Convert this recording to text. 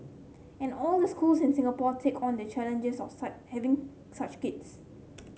and all the schools in Singapore take on the challenges of having such kids